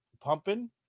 pumping